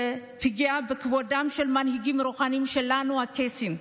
בפגיעה בכבודם של מנהיגים רוחניים שלנו, הקייסים,